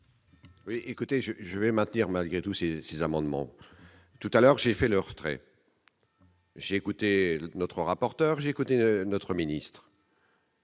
Oui, écoutez je je vais maintenir malgré tous ces ces amendements tout à l'heure, j'ai fait le retrait. J'ai écouté notre rapporteur j'écouté notre ministre.